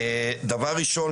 דבר ראשון,